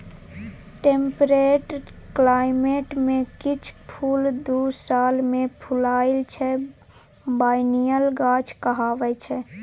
temperate climate मे किछ फुल दु साल मे फुलाइ छै बायनियल गाछ कहाबै छै